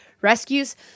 rescues